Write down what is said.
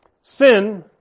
Sin